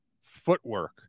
footwork